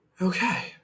Okay